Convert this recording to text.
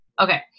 Okay